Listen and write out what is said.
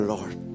Lord